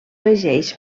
regeix